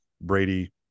Brady